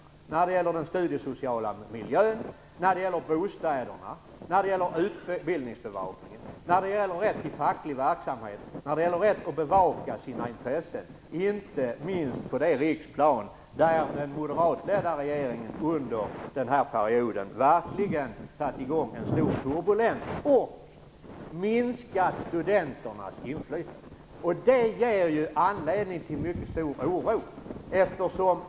Vad betyder det för den studiesociala miljön, bostäderna, utbildningsbevakningen, rätten till facklig verksamhet, rätten att bevaka sina intressen? Detta gäller inte minst på det riksplan där den moderatledda regeringen under den här perioden verkligen satte i gång en stor turbulens och minskade studenternas inflytande. Det ger anledning till mycket stor oro.